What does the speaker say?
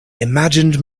imagined